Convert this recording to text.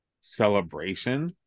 celebration